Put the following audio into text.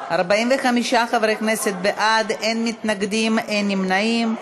45 חברי כנסת בעד, אין מתנגדים, אין נמנעים.